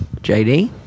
JD